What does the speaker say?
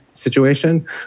situation